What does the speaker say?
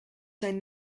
zijn